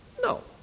No